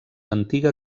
antiga